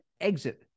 exit